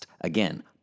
Again